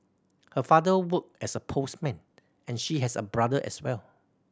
her father worked as a postman and she has a brother as well